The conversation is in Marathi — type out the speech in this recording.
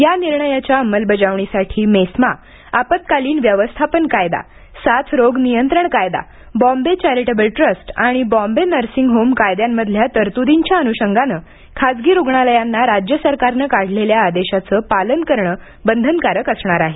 या निर्णयाच्या अंमलबजावणीसाठी मेस्मा आपत्कालीन व्यवस्थापन कायदा साथरोग नियंत्रण कायदा बॉम्बे चॅरिटेबल ट्रस्ट आणि बॉम्बे नर्सिंग होम कायद्यांमधल्या तरतुदींच्या अनुषंगानं खासगी रुग्णालयांना राज्य सरकारनं काढलेल्या आदेशाचं पालन करणं बंधनकारक असणार आहे